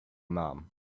mom